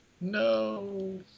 No